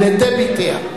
לדביתיה.